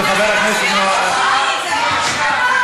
העזיבה של בריטניה את האיחוד האירופי והשלכותיה,